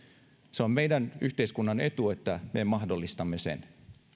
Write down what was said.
se on meidän yhteiskuntamme etu että me mahdollistamme sen